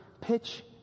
pitch